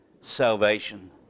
salvation